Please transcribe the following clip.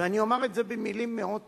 ואני אומר את זה במלים מאוד פשוטות: